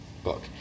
Book